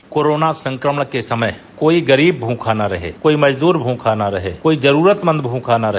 bite corona संक्रमण के समय कोई गरीब भूखा न रहे कोई मजदूर भूखा न रहे कोई जरूरतमंद भूखा न रहे